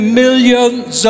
millions